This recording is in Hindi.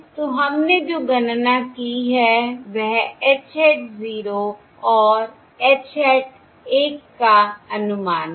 तो हमने जो गणना की है वह h hat 0 और h hat 1 का अनुमान है